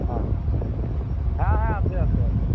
হ্যাঁ হ্যাঁ হ্যাঁ আছে আছে আছে